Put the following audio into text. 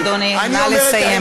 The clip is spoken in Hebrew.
אדוני, נא לסיים.